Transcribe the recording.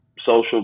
social